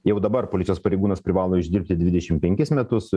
jau dabar policijos pareigūnas privalo išdirbti dvidešim penkis metus